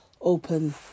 open